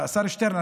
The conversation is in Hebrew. השר שטרן,